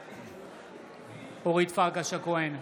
בעד אורית פרקש הכהן,